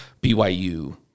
BYU